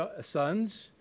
sons